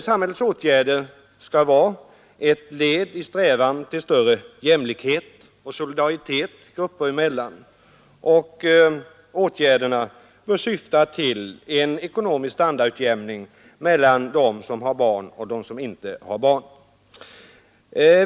Samhällets åtgärder skall vara ett led i strävan till större jämlikhet och solidaritet grupper emellan, och de bör syfta till en ekonomisk standardutjämning mellan dem som har barn och dem som inte har barn.